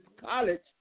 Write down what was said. college